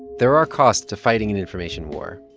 there are costs to fighting an information war.